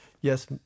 Yes